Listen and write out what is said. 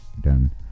done